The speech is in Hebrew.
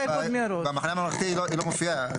במחנה הממלכתי היא לא מופיעה.